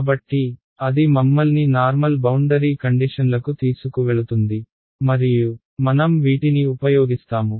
కాబట్టి అది మమ్మల్ని నార్మల్ బౌండరీ కండిషన్లకు తీసుకువెళుతుంది మరియు మనం వీటిని ఉపయోగిస్తాము